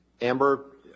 amber